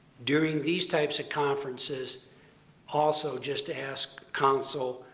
during these types of conferences also just to ask counsel,